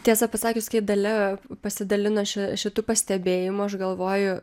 tiesa pasakius kai dalia pasidalino ši šitų pastebėjimų aš galvoju